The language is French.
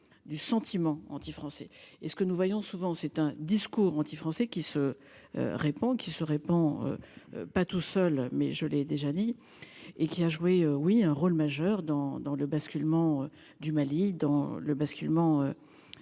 Du sentiment antifrançais et ce que nous voyons souvent c'est un discours anti-français qui se. Répand qui se répand. Pas tout seul mais je l'ai déjà dit et qui a joué. Oui un rôle majeur dans dans le basculement du Mali dans le basculement.